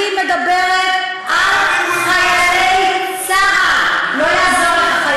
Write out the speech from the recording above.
אני מדברת על חיילי צה"ל, לא יעזור לך.